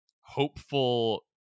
hopeful